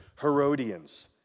Herodians